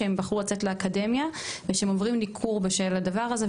שבחרו לצאת לאקדמיה והם עוברים ניכור בשל הדבר הזה,